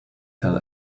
tell